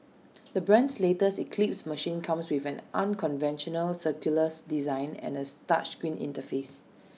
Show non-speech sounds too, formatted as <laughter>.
the brand's latest eclipse machine comes with an unconventional circular design and A <unintelligible> screen interface